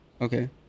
Okay